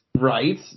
Right